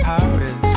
Paris